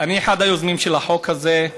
אני אחד היוזמים של החוק הזה.